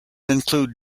include